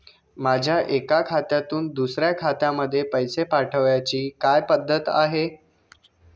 माझ्या एका खात्यातून दुसऱ्या खात्यामध्ये पैसे पाठवण्याची काय पद्धत आहे?